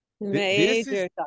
Major